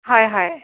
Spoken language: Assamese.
হয় হয়